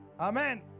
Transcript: Amen